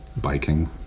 biking